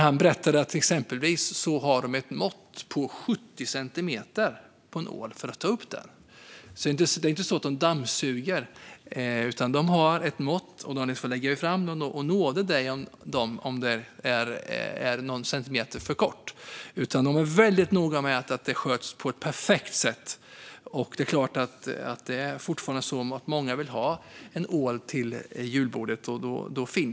Han berättade att de exempelvis har ett minimimått på 70 centimeter för att få ta upp en ål. Det är alltså inte så att de dammsuger, utan de har ett mått. Och nåde den som tar upp en ål som är någon centimeter för kort. De är väldigt noga med att det ska skötas på ett perfekt sätt. Många vill fortfarande ha en ål på julbordet.